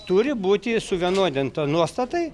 turi būti suvienodinta nuostatai